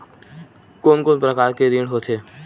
कोन कोन प्रकार के ऋण होथे?